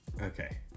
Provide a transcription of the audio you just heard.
Okay